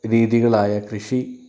രീതികളായ കൃഷി